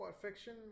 perfection